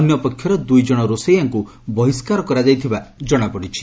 ଅନ୍ୟପକ୍ଷରେ ଦୁଇଜଣ ରୋଷେୟାଙ୍କୁ ବହିଷ୍କାର କରାଯାଇଥିବା ଜଣାପଡ଼ିଛି